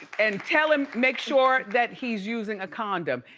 and tell him, make sure that he's using a condom.